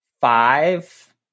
five